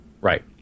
Right